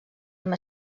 amb